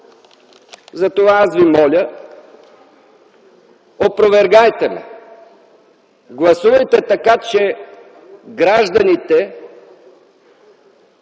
Затова аз Ви моля – опровергайте ме! Гласувайте така, че гражданите